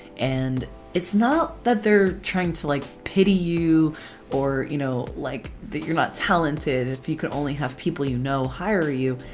and it's not that they're trying to like pity you or you know like that you're not talented if you can only have people you know hire you.